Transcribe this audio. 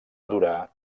durar